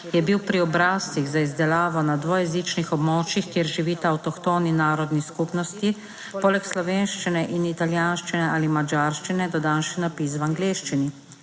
je bil pri obrazcih za izdelavo na dvojezičnih območjih, kjer živita avtohtoni narodni skupnosti, poleg slovenščine in italijanščine ali madžarščine, dodan še napis v angleščini.